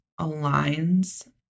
aligns